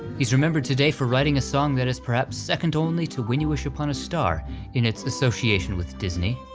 he's remembered today for writing a song that is perhaps second only to when you wish upon a star in its association with disney,